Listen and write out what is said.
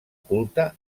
culte